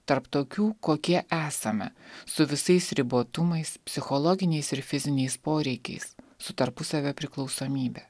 tarp tokių kokie esame su visais ribotumais psichologiniais ir fiziniais poreikiais su tarpusavio priklausomybe